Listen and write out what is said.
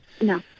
No